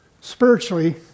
spiritually